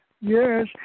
Yes